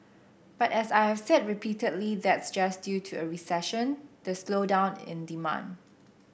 but as I've said repeatedly that's just due to a recession the slowdown in demand